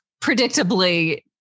predictably